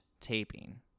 taping